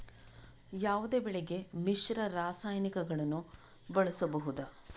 ಯಾವುದೇ ಬೆಳೆಗೆ ಮಿಶ್ರ ರಾಸಾಯನಿಕಗಳನ್ನು ಬಳಸಬಹುದಾ?